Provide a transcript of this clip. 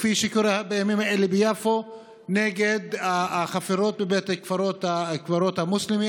כפי שקורה בימים אלה ביפו נגד החפירות בבית הקברות המוסלמי,